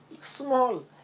small